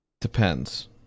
Depends